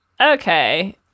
Okay